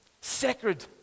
Sacred